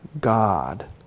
God